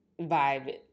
vibe